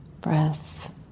breath